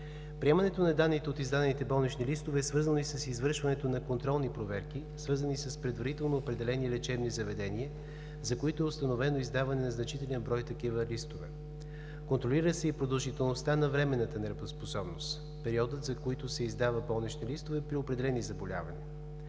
Приемането на данните от издадените болнични листове е свързано и с извършването на контролни проверки, свързани с предварително определени лечебни заведения, за които е установено издаване на значителен брой такива листове. Контролира се и продължителността на временната неработоспособност – периодът, за които се издават болнични листове при определени заболявания.